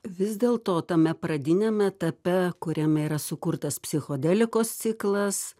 vis dėl to tame pradiniam etape kuriame yra sukurtas psichodelikos ciklas